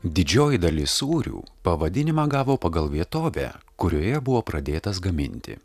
didžioji dalis sūrių pavadinimą gavo pagal vietovę kurioje buvo pradėtas gaminti